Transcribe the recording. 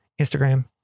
Instagram